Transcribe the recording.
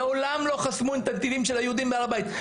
מעולם לא חסמו את הנתיבים של היהודים בהר הבית.